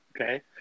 Okay